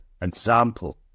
Example